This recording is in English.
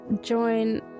join